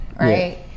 right